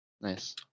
nice